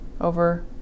over